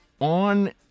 on